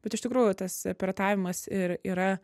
bet iš tikrųjų tas piratavimas ir yra